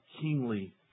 kingly